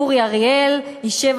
אורי אריאל ישב,